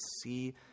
see